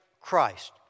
Christ